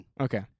Okay